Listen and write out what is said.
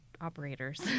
operators